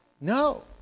No